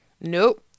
nope